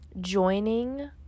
joining